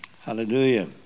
Hallelujah